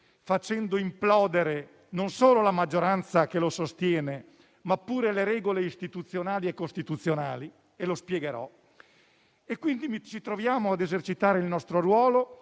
facendo implodere non solo la maggioranza che lo sostiene, ma pure le regole istituzionali e costituzionali, come poi spiegherò. Quindi ci troviamo ad esercitare il nostro ruolo,